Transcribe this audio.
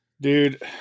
Dude